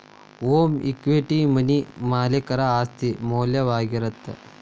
home equity money ಮಾಲೇಕರ ಆಸ್ತಿ ಮೌಲ್ಯವಾಗಿರತ್ತ